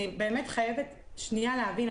אני באמת חייבת שנייה להבין,